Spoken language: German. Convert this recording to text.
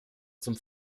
zum